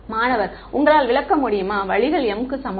மாணவர் உங்களால் விளக்க முடியுமா குறிப்பு நேரம் 1808 வழிகள் m க்கு சமம்